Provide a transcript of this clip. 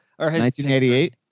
1988